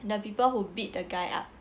the people who beat the guy up